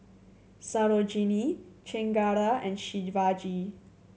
Sarojini Chengara and Shivaji